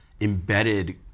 embedded